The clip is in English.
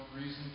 reason